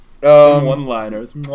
One-liners